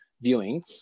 viewing